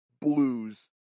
blues